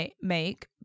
make